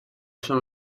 sono